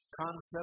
concept